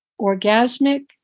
orgasmic